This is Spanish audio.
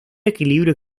equilibrio